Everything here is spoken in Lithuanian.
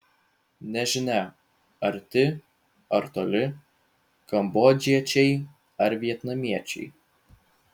nežinia arti ar toli kambodžiečiai ar vietnamiečiai